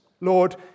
lord